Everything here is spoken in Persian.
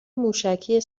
موشکی